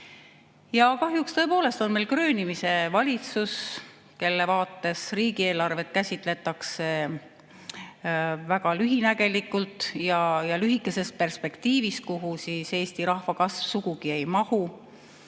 on meil tõepoolest kröönimise valitsus, kelle vaates riigieelarvet käsitletakse väga lühinägelikult ja lühikeses perspektiivis, kuhu Eesti rahva kasv sugugi ei mahu.